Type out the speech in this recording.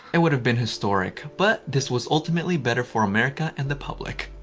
it would have been historic but this was ultimately better for america and the public.